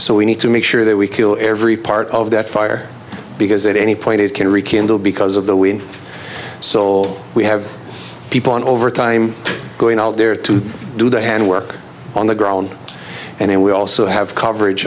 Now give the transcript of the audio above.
so we need to make sure that we kill every part of that fire because that any point it can rekindle because of the wind sole we have people on overtime going out there to do the hand work on the ground and we also have coverage